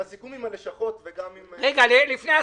בסיכום עם הלשכות וגם --- רגע, לפני הסיכום.